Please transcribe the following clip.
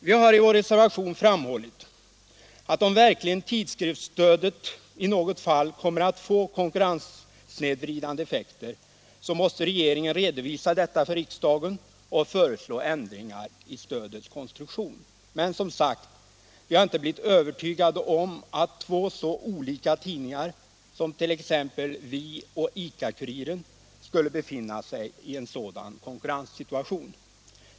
Vi har i vår reservation framhållit att om verkligen tidskriftsstödet i något fall kommer att få konkurrenssnedvridande effekter, så måste regeringen redovisa detta för riksdagen och föreslå ändringar i stödets konstruktion, men, som sagt: vi har inte blivit övertygade om att två så olika tidningar som t.ex. Vi och ICA-Kuriren skulle befinna sig i en sådan konkurrenssituation.